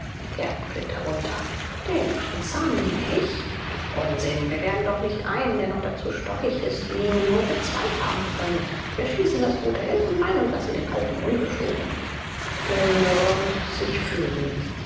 glitt herunter den einzahn nehme ich unsinn wir werden doch nicht einen der noch dazu stockig ist nehmen wo wir zwei haben können wir schießen das gute elfenbein und lassen den alten ungeschoren der jüngere mußte sich fügen